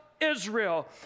Israel